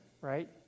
right